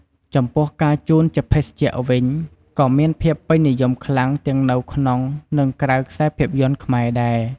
ចំពោះការជូនជាភេសជ្ជៈវិញ ក៏មានភាពពេញនិយមខ្លាំងទាំងនៅក្នុង និងក្រៅខ្សែភាពយន្តខ្មែរដែរ។